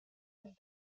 nicht